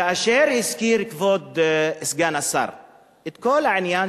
כאשר הזכיר כבוד סגן השר את כל העניין